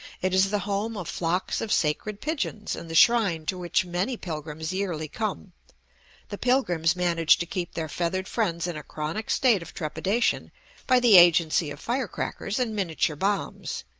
it is the home of flocks of sacred pigeons, and the shrine to which many pilgrims yearly come the pilgrims manage to keep their feathered friends in a chronic state of trepidation by the agency of fire-crackers and miniature bombs.